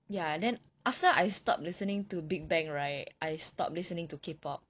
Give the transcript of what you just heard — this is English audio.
ya then after I stopped listening to big bang right I stopped listening to K pop